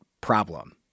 problem